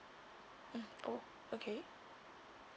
mm oh okay